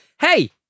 Hey